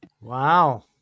Wow